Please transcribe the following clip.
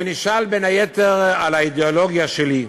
ונשאל בין היתר על האידיאולוגיה שלי,